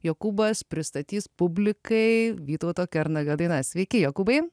jokūbas pristatys publikai vytauto kernagio dainas sveiki jokūbai